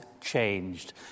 changed